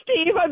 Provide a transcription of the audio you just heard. Steve